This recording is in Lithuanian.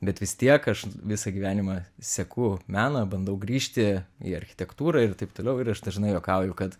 bet vis tiek aš visą gyvenimą seku meną bandau grįžti į architektūrą ir taip toliau ir aš dažnai juokauju kad